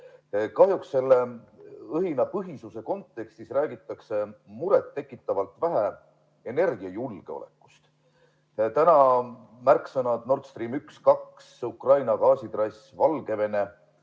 Kahjuks selle õhinapõhisuse kontekstis räägitakse muret tekitavalt vähe energiajulgeolekust. Täna on märksõnad Nord Stream 1 ja 2, Ukraina gaasitrass, Valgevene.